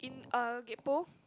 in a kiat po